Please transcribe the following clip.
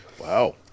Wow